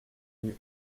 rue